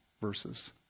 verses